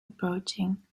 approaching